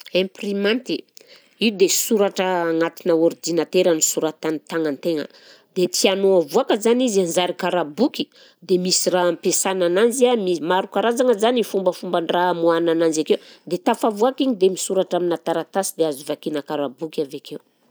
Imprimanty, io dia soratra agnatinà ordinatera nosoratan'ny tagnan-tegna, dia tianao avoaka zany izy hanzary karaha boky dia misy raha ampiasana ananzy a mi- maro karazagna zany fombafomban-draha amoahana ananjy akeo dia tafavoaka igny dia misoratra aminà taratasy dia azo vakiana karaha boky avy akeo.